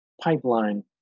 Pipeline